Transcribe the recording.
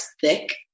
thick